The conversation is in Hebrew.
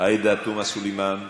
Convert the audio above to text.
עאידה תומא סלימאן,